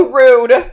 rude